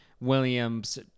Williams